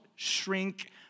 Shrink